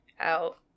out